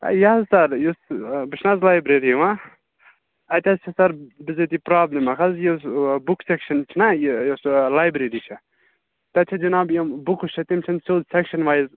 یہِ حظ سَر یُس بہٕ چھُس نہٕ حظ لایبرٔری یِوان اَتہِ حظ چھِ سَر بِضٲتی پرابلِم اَکھ حظ یُس بُک سیٚکشَن چھنہٕ یہِ یۄس لایبرٔری چھِ تَتہِ چھےٚ جِناب یِم بُکٕس چھِ تِم چھِنہٕ سیٚود سیٚکشَن وایِز